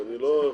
בבקשה.